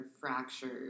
fractured